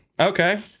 okay